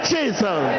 Jesus